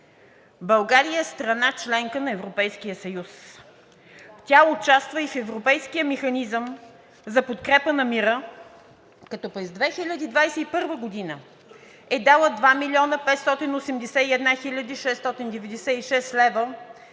България е страна – членка на Европейския съюз. Тя участва и в Европейския механизъм за подкрепа на мира, като през 2021 г. е дала 2 млн. 581 хил. 696 лв.